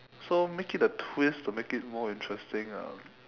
so make it a twist to make it more interesting ah